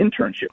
internship